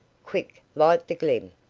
quick, light the glim!